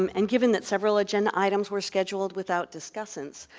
um and given that several agenda items were scheduled without discussants,